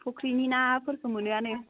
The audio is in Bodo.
फुख्रिनि नाफोरखौ मोनोआनो